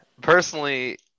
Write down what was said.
personally